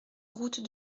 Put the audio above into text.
route